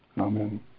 Amen